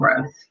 growth